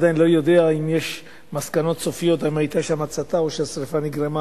אני עדיין לא יודע אם יש מסקנות סופיות אם היתה שם הצתה או שהשרפה נגרמה